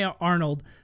arnold